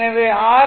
எனவே ஆர்